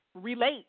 relate